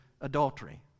adultery